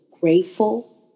grateful